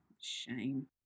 Shame